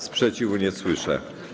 Sprzeciwu nie słyszę.